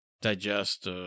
digest